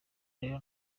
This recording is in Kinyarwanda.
rero